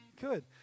Good